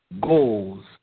goals